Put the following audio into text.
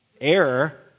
Error